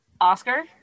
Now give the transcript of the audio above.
Oscar